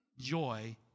joy